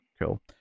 cool